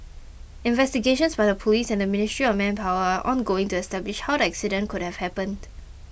investigations by the police and the Ministry of Manpower are ongoing to establish how the accident could have happened